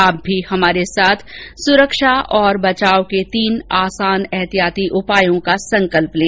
आप भी हमारे साथ सुरक्षा और बचाव के तीन आसान एहतियाती उपायों का संकल्प लें